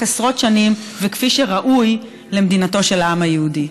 עשרות שנים וכפי שראוי למדינתו של העם היהודי.